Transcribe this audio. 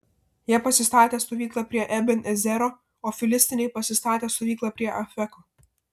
jie pasistatė stovyklą prie eben ezero o filistinai pasistatė stovyklą prie afeko